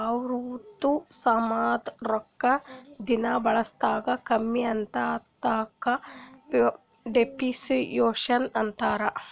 ಯಾವ್ದು ಸಾಮಾಂದ್ ರೊಕ್ಕಾ ದಿನಾ ಬಳುಸ್ದಂಗ್ ಕಮ್ಮಿ ಆತ್ತುದ ಅದುಕ ಡಿಪ್ರಿಸಿಯೇಷನ್ ಅಂತಾರ್